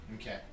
Okay